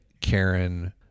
Karen